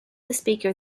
speaker